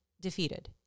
defeated